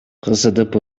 ксдп